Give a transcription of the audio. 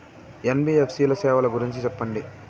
NBFC సేవల గురించి సెప్పండి?